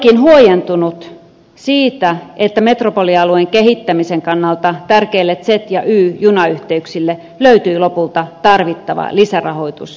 olenkin huojentunut siitä että metropolialueen kehittämisen kannalta tärkeille z ja y junayhteyksille löytyi lopulta tarvittava lisärahoitus budjettikäsittelyssä